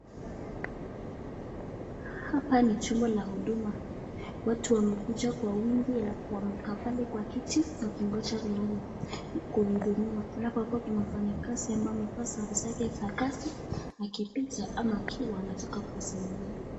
Hapa ni chumba la huduma, watu wamekuja kwa wingi wamekaa pale kwa kiti wakingoja laini kuhudumiwa. Halafu hapa kuna mfanyikazi ambaye amevaa sare zake za kazi akipita ama akiwa anataka kuwasaidia.